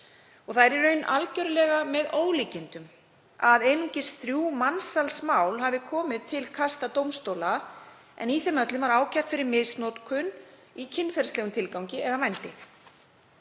það er í raun algjörlega með ólíkindum að einungis þrjú mansalsmál hafi komið til kasta dómstóla, en í þeim öllum var ákært fyrir misnotkun í kynferðislegum tilgangi eða vændi.